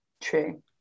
True